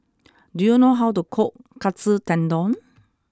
do you know how to cook Katsu Tendon